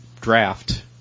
draft